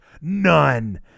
None